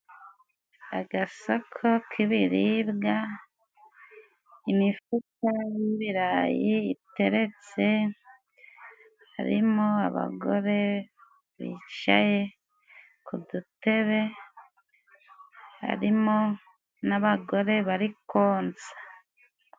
Agasoko k'ibiribwa， imifuka y'ibirayi teretse， harimo abagore bicaye ku dutebe， harimo n'abagore bari konsa.